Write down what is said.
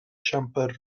siambr